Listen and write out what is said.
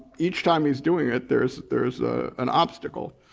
each time he's doing it, there's there's ah an obstacle.